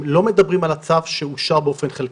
לא מדברים על הצו שאושר באופן חלקי.